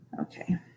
Okay